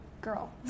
girl